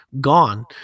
gone